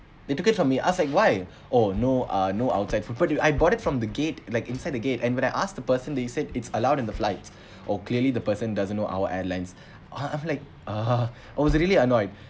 they took it from me I ask why oh no uh no outside food but I bought it from the gate like inside the gate and when I ask the person they said it's allowed in the flight oh clearly the person doesn't know our airlines ah like ah I was really annoyed